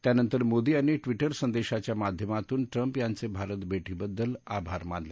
त्यानंतर मोदी यांनी ट्वीटर संदेशांच्या माध्यमातून ट्रंप यांचे भारत भेटी बद्दल आभार मानले